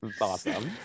awesome